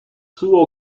two